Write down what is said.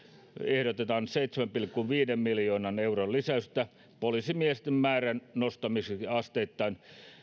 ehdotetaan seitsemän pilkku viiden miljoonan euron lisäystä poliisimiesten määrän nostamiseksi asteittain